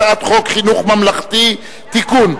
הצעת חוק חינוך ממלכתי (תיקון)